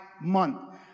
month